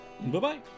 Bye-bye